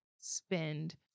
spend